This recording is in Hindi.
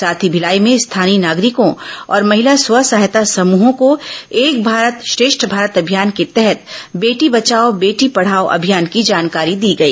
साथ ही भिलाई में स्थानीय नागरिकों और महिला स्व सहायता समूहों को एक भारत श्रेष्ठ भारत अभियान के तहत बेटी बचाओ बेटी पढ़ाओ अभियान की जानकारी दी गई